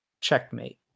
Checkmate